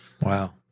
Wow